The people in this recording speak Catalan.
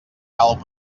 cal